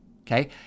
okay